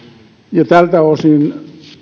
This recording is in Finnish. tältä osin